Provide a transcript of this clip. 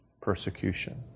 persecution